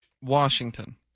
Washington